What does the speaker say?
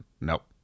nope